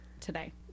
today